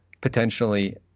potentially